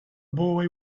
boy